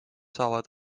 saavad